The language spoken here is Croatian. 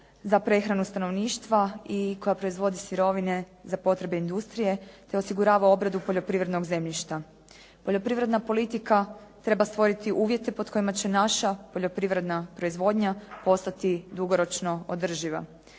za prehranu stanovništva i koja proizvodi sirovine za potrebe industrije te osigurava obradu poljoprivrednog zemljišta. Poljoprivredna politika treba stvoriti uvjete pod kojima će naša poljoprivredna proizvodnja postati dugoročno održiva.